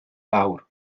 lawr